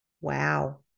Wow